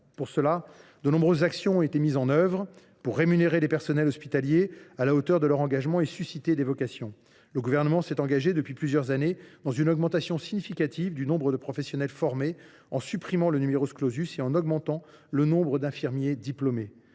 Pour ce faire, de nombreuses actions ont été mises en œuvre pour rémunérer les personnels hospitaliers à la hauteur de leur engagement et susciter des vocations. Le Gouvernement s’est engagé, depuis plusieurs années, dans une augmentation significative du nombre de professionnels formés, en supprimant le et en augmentant le nombre d’infirmiers diplômés.